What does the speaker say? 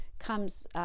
comes